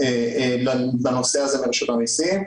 בנושא הזה מרשות המסים,